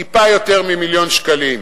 טיפה יותר ממיליון שקלים.